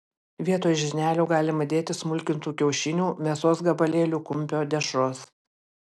vietoj žirnelių galima dėti smulkintų kiaušinių mėsos gabalėlių kumpio dešros